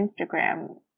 Instagram